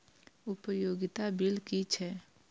उपयोगिता बिल कि छै?